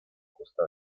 costa